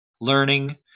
learning